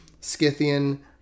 Scythian